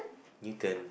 eaten